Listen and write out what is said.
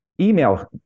email